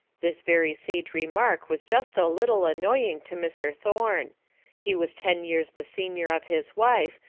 this very sage remark was just a little annoying to mr. thorne he was ten years the senior of his wife,